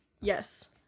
yes